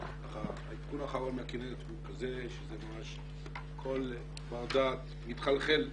העדכון האחרון מהכינרת הוא כזה שכל בר דעת יתחלחל ממצבה.